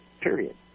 period